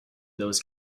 those